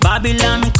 Babylon